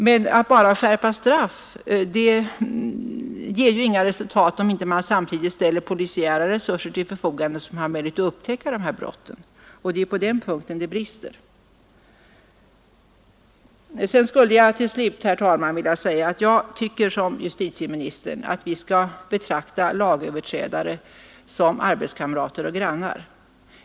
Men att bara skärpa straffen ger ju inga resultat, om man inte samtidigt ställer polisiära resurser till förfogande, så att det finns möjlighet att upptäcka dessa brott. Och det är på den punkten det brister. Till slut vill jag säga, herr talman, att jag tycker som justitieministern att vi skall betrakta lagöverträdare som arbetskamrater och grannar.